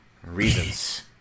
Reasons